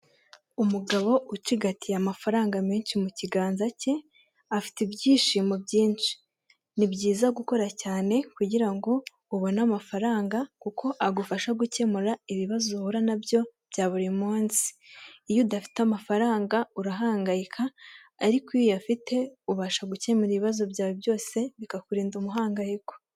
Umugabo ucigatiye amafaranga menshi mu kiganza cye afite ibyishimo byinshi, ni byiza gukora cyane kugira ngo ubone amafaranga kuko agufasha gukemura ibibazo uhura nabyo bya buri munsi. Iyo udafite amafaranga urahangayika ariko iyo ufite ubasha gukemura ibibazo byawe byose bikakurinda umuhangayiko.